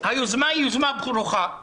היוזמה היא יוזמה ברוכה.